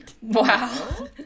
Wow